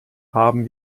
haben